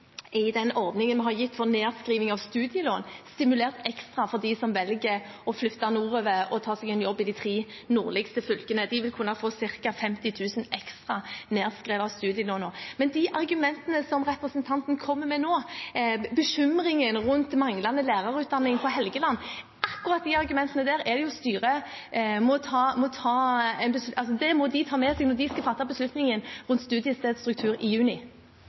den ordningen vi har gitt for nedskriving av studielån – stimulert ekstra dem som velger å flytte nordover og ta seg en jobb i et av de tre nordligste fylkene. De vil kunne få ca. 50 000 kr ekstra i nedskriving av studielån. Men de argumentene som representanten kommer med nå, bekymringen rundt manglende lærerutdanning på Helgeland, akkurat de argumentene må jo styret ta med seg når de skal fatte beslutningen rundt studiestedsstruktur i juni.